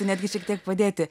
netgi šiek tiek padėti